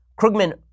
krugman